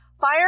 fire